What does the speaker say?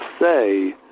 say